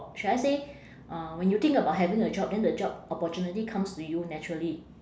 should I say uh when you think about having a job then the job opportunity comes to you naturally